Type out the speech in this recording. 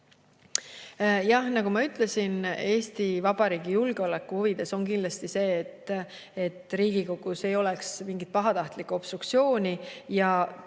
Jah, nagu ma ütlesin, Eesti Vabariigi julgeoleku huvides on kindlasti see, et Riigikogus ei oleks mingit pahatahtlikku obstruktsiooni ja